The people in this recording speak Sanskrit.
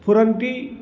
स्फुरन्ति